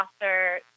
author